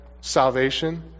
salvation